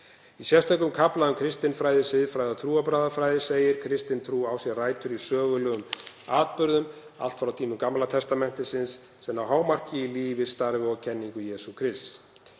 Í sérstökum kafla um kristinfræði, siðfræði og trúarbragðafræði segir: „Kristin trú á sér rætur í sögulegum atburðum, allt frá tímum Gamla testamentisins, sem ná hámarki í lífi, starfi og kenningu Jesú Krists.